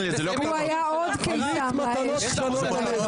זה מתנות גדולות.